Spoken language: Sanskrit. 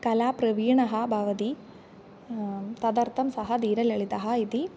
कलाप्रवीणः भवति तदर्थं सः धीरललितः इति